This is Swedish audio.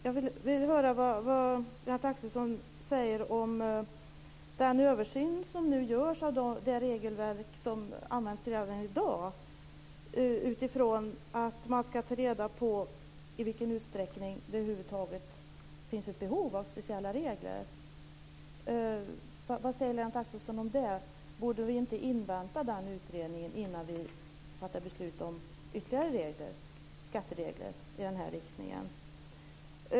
Jag vill höra vad Lennart Axelsson säger om den översyn som nu görs av det regelverk som används redan i dag utifrån att man ska ta reda på i vilken utsträckning det över huvud taget finns ett behov av speciella regler. Vad säger Lennart Axelsson om det? Borde vi inte invänta den utredningen innan vi fattar beslut om ytterligare skatteregler i den här riktningen?